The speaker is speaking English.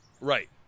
Right